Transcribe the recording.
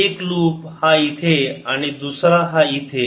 एक लुप हा इथे आणि दुसरा हा इथे